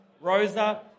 Rosa